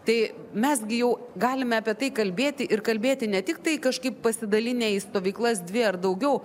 tai mes gi jau galime apie tai kalbėti ir kalbėti ne tiktai kažkaip pasidalinę į stovyklas dvi ar daugiau